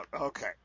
Okay